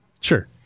Sure